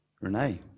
Renee